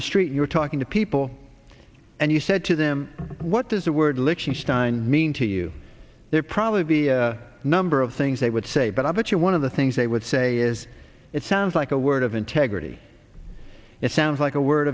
the street you were talking to people and you said to them what does the word lichtenstein mean to you there probably be a number of things they would say but i bet you one of the things they would say is it sounds like a word of integrity it sounds like a word